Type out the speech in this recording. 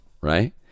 right